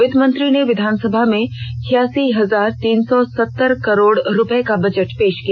वित्त मंत्री ने विधानसभा में छियासी हजार तीन सौ सत्तर करोड़ रूपये का बजट पेष किया